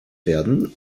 werden